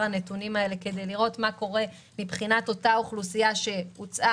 הנתונים האלה כדי לראות מה קורה מבחינת אותה אוכלוסייה שהוצאה